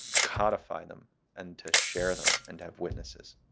codify them and to share them and have witnesses.